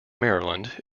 maryland